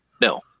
no